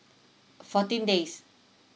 fourteen days